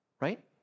right